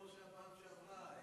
כמו שהיה בפעם שעברה,